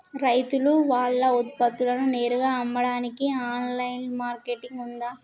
రైతులు వాళ్ల ఉత్పత్తులను నేరుగా అమ్మడానికి ఆన్లైన్ మార్కెట్ ఉందా?